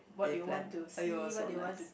they plan !aiyo! so nice